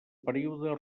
període